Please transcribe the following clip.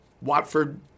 Watford